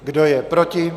Kdo je proti?